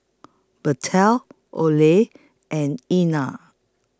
Bethel Ollie and Ena